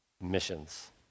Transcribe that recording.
missions